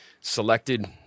selected